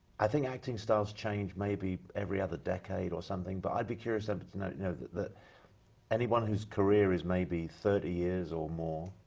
i think acting styles change, maybe, every other decade or something. but i'd be curious and to know that that anyone whose career is maybe thirty years or more.